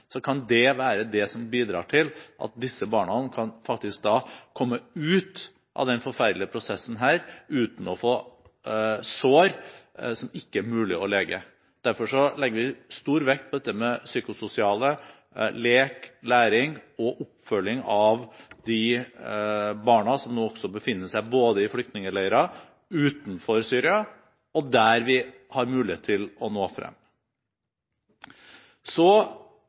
kan det være det som bidrar til at disse barna faktisk kan komme ut av den forferdelige prosessen uten å få sår som det ikke er mulig å lege. Derfor legger vi stor vekt på dette med det psykososiale, lek, læring og oppfølging av de barna som nå befinner seg både i flyktningeleirer, utenfor Syria, og der vi har mulighet til å nå